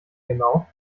genau